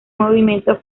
movimiento